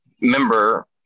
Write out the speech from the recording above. member